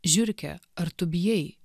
žiurke ar tu bijai